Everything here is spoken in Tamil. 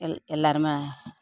எல்லோருமே